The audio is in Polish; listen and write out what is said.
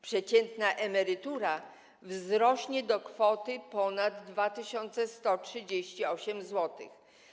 Przeciętna emerytura wzrośnie do kwoty ponad 2138 zł.